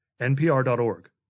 NPR.org